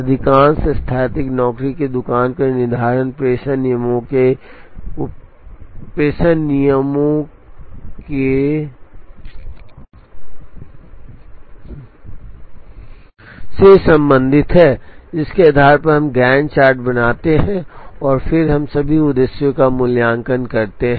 अधिकांश स्थैतिक नौकरी की दुकान का निर्धारण प्रेषण नियमों के उपयोग से संबंधित है जिसके आधार पर हम गैंट चार्ट बनाते हैं और फिर हम सभी उद्देश्यों का मूल्यांकन करते हैं